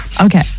Okay